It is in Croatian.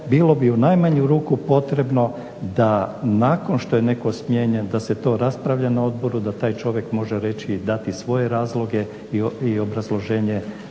bilo bi u najmanju ruku potrebno da nakon što je netko smijenjen da se to raspravlja na odboru, da taj čovjek može reći i dati svoje razloge i obrazloženje